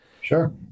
Sure